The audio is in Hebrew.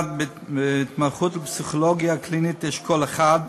1. בהתמחות בפסיכולוגיה קלינית אשכול 1,